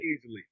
Easily